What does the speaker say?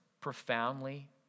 profoundly